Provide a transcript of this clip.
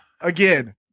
Again